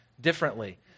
differently